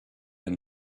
and